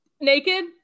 Naked